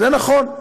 זה נכון,